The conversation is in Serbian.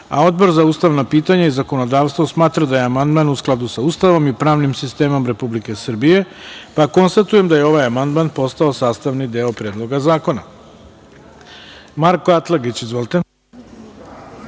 za ustavna pitanja i zakonodavstvo smatra da je amandman u skladu sa Ustavom i pravnim sistemom Republike Srbije. Konstatujem da je ovaj amandman postao sastavni deo Predloga zakona. Da